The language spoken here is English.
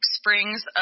springs